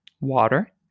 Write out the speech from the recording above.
water